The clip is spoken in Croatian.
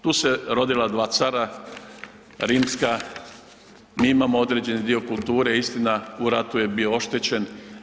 Tu su se rodila 2 cara, rimska, mi imamo određeni dio kulture, istina, u ratu je bio oštećen.